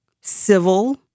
civil